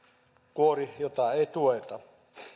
kuori joita ei tueta